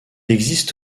existe